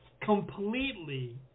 completely